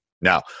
Now